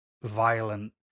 violent